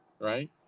right